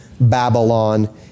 Babylon